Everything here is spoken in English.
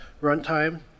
runtime